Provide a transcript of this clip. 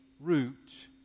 root